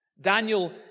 Daniel